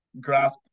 grasp